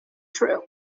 true